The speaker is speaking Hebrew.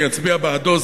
אני אצביע בעדו.